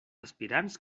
aspirants